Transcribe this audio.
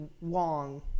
Wong